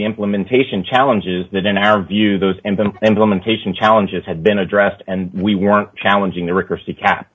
the implementation challenges that in our view those and them implementation challenges had been addressed and we weren't challenging the